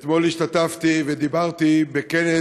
אתמול השתתפתי ודיברתי בכנס